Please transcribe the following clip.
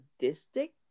sadistic